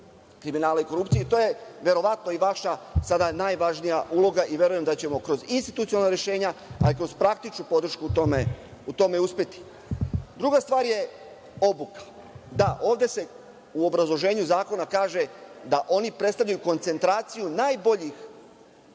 kriminala i korupcije. To je verovatno i vaša sada najvažnija uloga i verujem da ćemo kroz institucionalna rešenja, ali i kroz praktičnu podršku u tome uspeti. Druga stvar je obuka. Da, ovde se u obrazloženju zakona kaže da oni predstavljaju koncentraciju najboljih